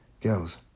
Girls